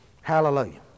hallelujah